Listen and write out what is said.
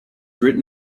written